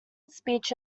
speech